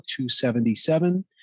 $277